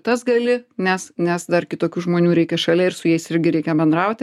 tas gali nes nes dar kitokių žmonių reikia šalia ir su jais irgi reikia bendrauti